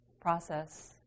process